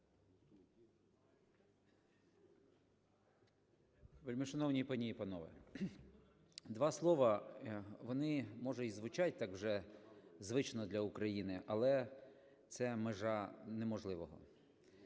Два слова, вони, може, і звучать так вже звично для України, але це межа неможливого: